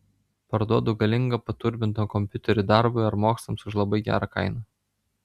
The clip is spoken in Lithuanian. parduodu galingą paturbintą kompiuterį darbui ar mokslams už labai gerą kainą